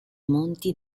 monti